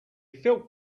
felt